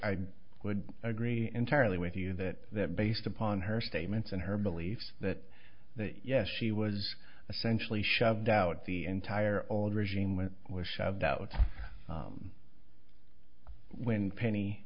i would agree entirely with you that that based upon her statements and her beliefs that yes she was essentially shoved out the entire old regime when it was shoved out when penny